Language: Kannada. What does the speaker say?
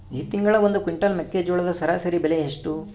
ಈ ತಿಂಗಳ ಒಂದು ಕ್ವಿಂಟಾಲ್ ಮೆಕ್ಕೆಜೋಳದ ಸರಾಸರಿ ಬೆಲೆ ಎಷ್ಟು?